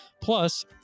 Plus